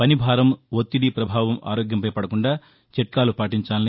పనిభారం ఒత్తిడి ప్రభావం ఆరోగ్యంపై పడకుండా చిట్కాలు పాటించాలన్నారు